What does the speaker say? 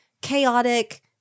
chaotic